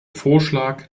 vorschlag